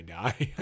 die